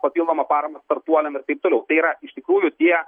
papildomą paramą startuoliam ir taip toliau tai yra iš tikrųjų tie